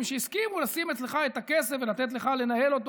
שהסכימו לשים אצלך את הכסף ולתת לך לנהל אותו,